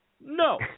No